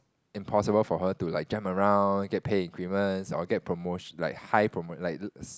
impossible for her to like jump around get pay increments or get promo~ like high promo~ like high